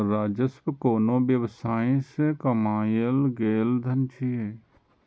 राजस्व कोनो व्यवसाय सं कमायल गेल धन छियै